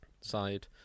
side